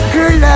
Girl